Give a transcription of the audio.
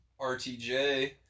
RTJ